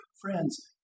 friends